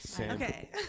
Okay